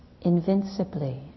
invincibly